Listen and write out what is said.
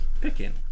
Picking